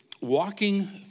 walking